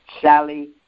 Sally